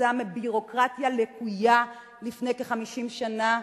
כתוצאה מביורוקרטיה לקויה לפני כ-50 שנה,